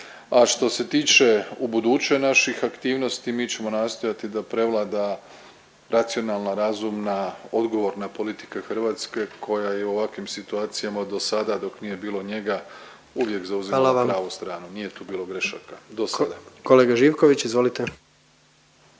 što se tiče ubuduće naših aktivnosti, mi ćemo nastojati da prevlada racionalna, razumna, odgovorna politika Hrvatske koja je u ovakvim situacijama do sada, dok nije bilo njega, uvijek zauzimala pravu … .../Upadica: Hvala vam./... stranu, nije